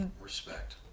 Respect